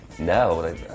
No